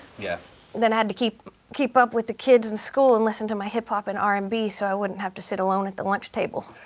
yeah then i had to keep keep up with the kids in school and listen to my hip hop and r and b so i wouldn't have to sit alone at the lunch table.